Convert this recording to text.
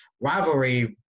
rivalry